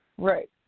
Right